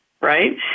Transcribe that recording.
right